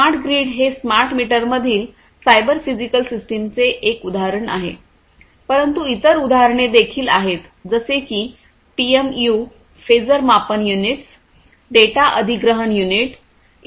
smart grid हे smart मीटरमधील cyber physical सिस्टमचे एक उदाहरण आहे परंतु इतर उदाहरणे देखील आहेत जसे की पीएमयू फेजर मापन युनिट्स डेटा अधिग्रहण युनिट इ